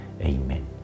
Amen